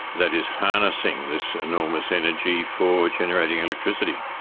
that is, harnessing this enormous energy for generating electricity.